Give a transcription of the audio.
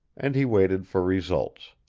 and he waited for results.